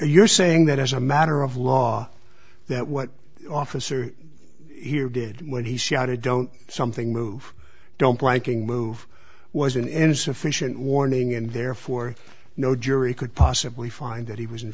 you're saying that as a matter of law that what officer here did when he shouted don't something move don't planking move was an insufficient warning and therefore no jury could possibly find that he was in